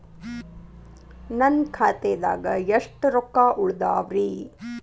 ನನ್ನ ಖಾತೆದಾಗ ಎಷ್ಟ ರೊಕ್ಕಾ ಉಳದಾವ್ರಿ?